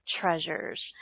treasures